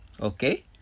Okay